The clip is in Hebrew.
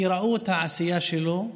כי ראו את העשייה שלו,